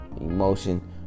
emotion